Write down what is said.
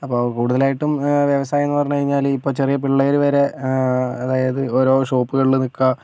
അപ്പോൾ കുടുതലായിട്ടും വ്യവസായങ്ങൾ പറഞ്ഞു കഴിഞ്ഞാല് ഇപ്പോൾ ചെറിയ പിള്ളേര് വരെ അതായത് ഓരോ ഷോപ്പുകളിൽ നിൽക്കുക